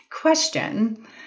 question